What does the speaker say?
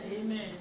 Amen